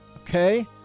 Okay